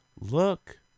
look